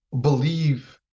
believe